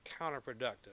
counterproductive